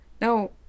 No